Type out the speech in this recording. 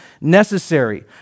necessary